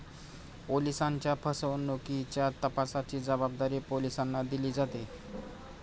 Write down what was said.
ओलिसांच्या फसवणुकीच्या तपासाची जबाबदारी पोलिसांना दिली जाते